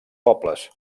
pobles